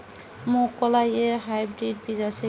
মুগকলাই এর হাইব্রিড বীজ আছে কি?